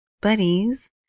Buddies